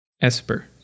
Esper